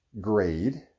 grade